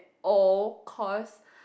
all cause